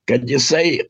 kad jisai